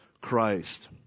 Christ